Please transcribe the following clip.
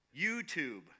YouTube